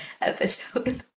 episode